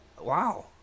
Wow